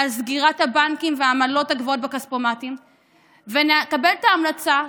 לעשות שכונות חדשות ולייצר העמקת פערים ואי-התחדשות הערים.